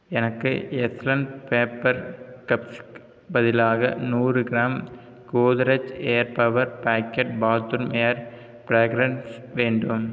எனக்கு எஸ்லன் பேப்பர் கப்ஸுக்கு பதிலாக நூறு gram Godrej air power pocket bathroom air fragrance வேண்டும்